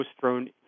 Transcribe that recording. thrown